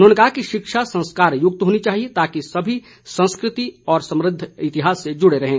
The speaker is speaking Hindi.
उन्होंने कहा कि शिक्षा संस्कारयुक्त होनी चाहिए ताकि सभी संस्कृति व समृद्ध इतिहास से जुड़े रहें